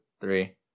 three